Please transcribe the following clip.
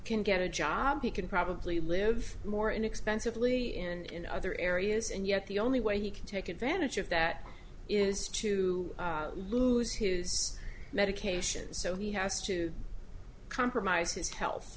can get a job he can probably live more inexpensively and in other areas and yet the only way you can take advantage of that is to lose his medications so he has to compromise his health